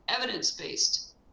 evidence-based